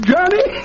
Johnny